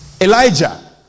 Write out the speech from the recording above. Elijah